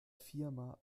firma